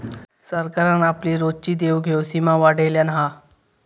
सरकारान आपली रोजची देवघेव सीमा वाढयल्यान हा